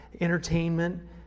entertainment